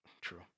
True